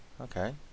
okay